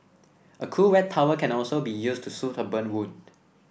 a cool wet towel can also be used to soothe a burn wound